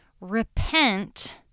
repent